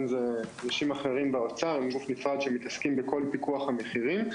אלה אנשים אחרים באוצר שמתעסקים בכל פיקוח המחירים.